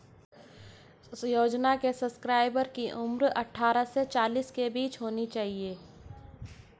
योजना के सब्सक्राइबर की उम्र अट्ठारह से चालीस साल के बीच होनी चाहिए